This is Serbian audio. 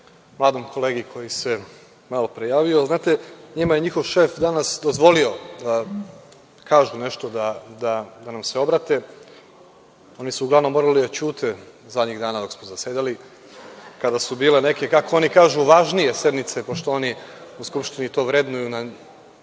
mladom kolegi koji se malopre javio. Ali, znate njima je njihov šef danas dozvolio da kažu nešto, da nam se obrate. Oni su uglavnom morali da ćute zadnjih dana dok smo zasedali kada su bile neke, kako oni kažu važnije sednice pošto oni u Skupštini to vrednuju njima